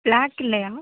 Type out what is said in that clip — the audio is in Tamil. பிளாக் இல்லையா